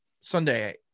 Sunday